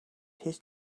his